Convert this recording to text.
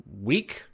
week